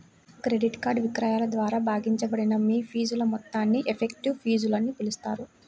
credit card విక్రయాల ద్వారా భాగించబడిన మీ ఫీజుల మొత్తాన్ని ఎఫెక్టివ్ ఫీజులని పిలుస్తారు